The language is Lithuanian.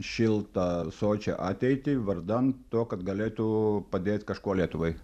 šiltą sočią ateitį vardan to kad galėtų padėt kažkuo lietuvai